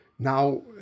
Now